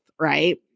right